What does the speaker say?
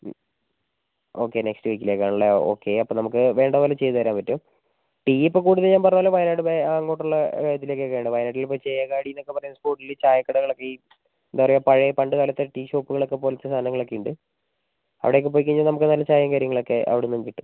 മ് okay next വീക്കിലേക്ക് ആണ് അല്ലേ ഓക്കെ അപ്പം നമുക്ക് വേണ്ട പോലെ ചെയ്ത് തരാൻ പറ്റും ടീ ഇപ്പോൾ കൂടുതൽ ഞാൻ പറഞ്ഞ പോലെ വയനാട് ആ അങ്ങോട്ട് ഉള്ള ഇതിലേക്ക് ഒക്കെ ആണ് വയനാട്ടിൽ ഇപ്പോൾ ചേകാടീന്ന് ഒക്കെ പറയുന്ന സ്പോട്ടില് ചായക്കടകളൊക്കെ ഈ എന്താ പറയാ പഴയ പണ്ട് കാലത്തെ ടീ ഷോപ്പുകളൊക്കെ പോലത്തെ സ്ഥലങ്ങളൊക്കെ ഉണ്ട് അവിടെ ഒക്കെ പോയി കഴിഞ്ഞാൽ നമുക്ക് നല്ല ചായയും കാര്യങ്ങളൊക്കെ അവിടുന്നും കിട്ടും